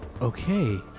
Okay